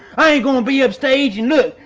i ain't gonna be upstaged and look.